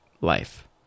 life